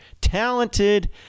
talented